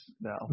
no